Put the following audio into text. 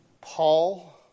Paul